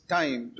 time